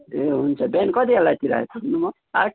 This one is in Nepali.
ए हुन्छ बिहान कति बेलातिर आइपुग्नु म आठ